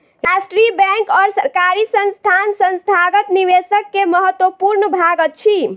राष्ट्रीय बैंक और सरकारी संस्थान संस्थागत निवेशक के महत्वपूर्ण भाग अछि